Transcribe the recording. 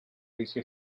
dicha